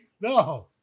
No